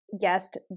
guest